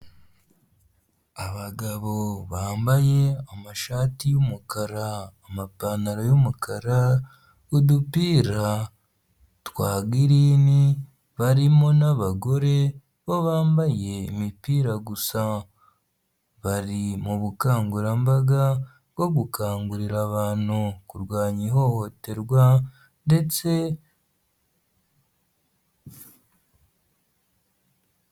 Abagabo bambaye amashati y'umukara amapantaro y'umukara udupira twa girini barimo n'abagore bo bambaye imipira gusa, bari mu bukangurambaga bwo gukangurira abantu kurwanya ihohoterwa ndetse.